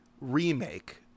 remake